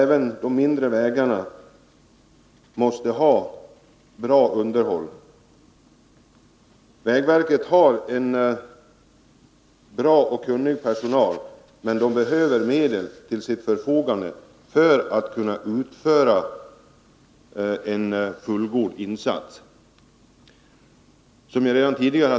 Även de mindre vägarna måste underhållas väl, bl.a. för att industrins, särskilt skogsindustrins, transportbehov skall kunna tillgodoses.